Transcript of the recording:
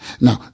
now